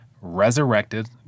resurrected